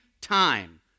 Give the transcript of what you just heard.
time